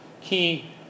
key